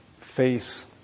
face